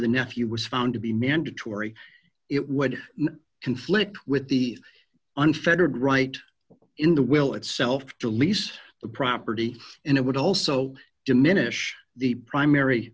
the nephew was found to be mandatory it would conflict with the unfettered right in the will itself to lease the property and it would also diminish the primary